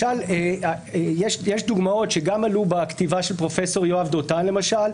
יש דוגמאות שעלו גם בכתיבה של פרופ' יואב דותן למשל,